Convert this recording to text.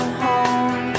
home